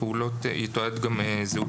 "פעולות המבוצעות במידע יתועדו באופן שיאפשר פיקוח